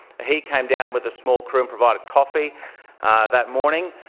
he came down with a small crew and provided coffee that morning.